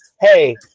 Hey